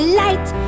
light